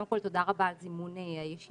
קודם כל תודה רבה על זימון הישיבה,